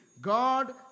God